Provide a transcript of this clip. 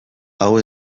hau